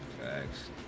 Thanks